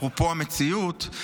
אפרופו המציאות,